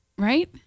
Right